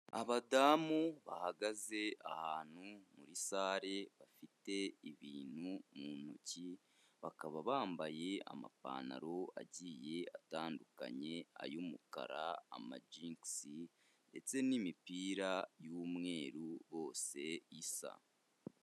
Abadamu bahagaze ahantu muri sare bafite ibintu mu ntoki, bakaba bambaye amapantaro agiye atandukanye, ay'umukara, amajingisi ndetse n'imipira y'umweru bose isa.